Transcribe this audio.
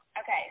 Okay